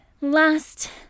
Last